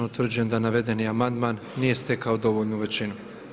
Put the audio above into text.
Utvrđujem da navedeni amandman nije stekao dovoljnu većinu.